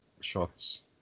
shots